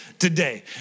Today